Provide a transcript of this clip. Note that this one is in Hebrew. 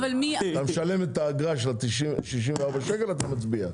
אתה משלם את האגרה של ה-64 שקלים אז אתה מצביע.